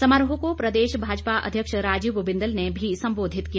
समारोह को प्रदेश भाजपा अध्यक्ष राजीव बिंदल ने भी सम्बोधित किया